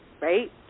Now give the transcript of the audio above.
right